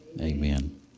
Amen